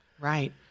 Right